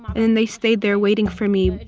and they stayed there waiting for me, but